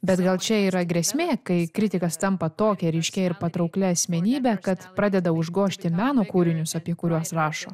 bet gal čia yra grėsmė kai kritikas tampa tokią ryškią ir patrauklią asmenybę kad pradeda užgožti meno kūrinius apie kuriuos rašo